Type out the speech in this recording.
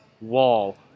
wall